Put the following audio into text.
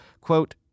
quote